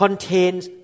Contains